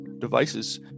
devices